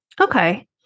Okay